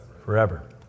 Forever